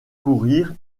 courir